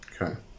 Okay